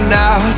now